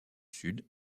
sud